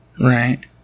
Right